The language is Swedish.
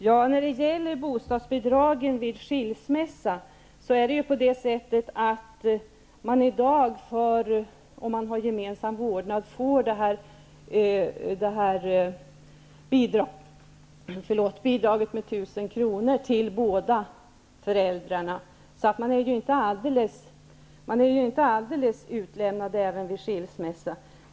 Fru talman! Om man har gemensam vårdnad efter skilmässa får båda föräldrarna bostadsbidrag med 1 000 kr. Man är således inte helt utlämnad vid en skilsmässa.